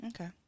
Okay